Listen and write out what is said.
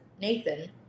Nathan